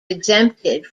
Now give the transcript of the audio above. exempted